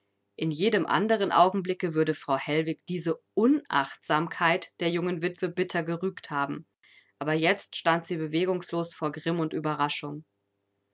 in jedem anderen augenblicke würde frau hellwig diese unachtsamkeit der jungen witwe bitter gerügt haben aber jetzt stand sie bewegungslos vor grimm und ueberraschung